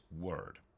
word